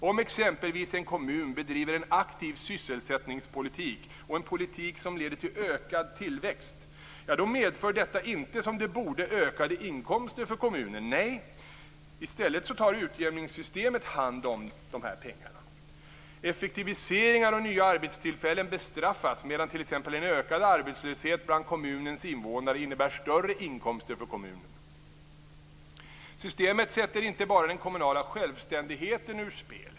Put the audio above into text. Om exempelvis en kommun bedriver en aktiv sysselsättningspolitik och en politik som leder till ökad tillväxt medför detta inte som det borde ökade inkomster för kommunen. Nej, i stället tar utjämningssystemet hand om dessa pengar. Effektiviseringar och nya arbetstillfällen bestraffas medan t.ex. en ökad arbetslöshet bland kommunens invånare innebär större inkomster för kommunen. Systemet sätter inte bara den kommunala självständigheten ur spel.